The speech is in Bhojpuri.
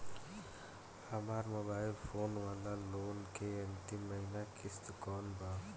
हमार मोबाइल फोन वाला लोन के अंतिम महिना किश्त कौन बा?